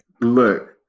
Look